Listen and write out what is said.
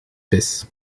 vis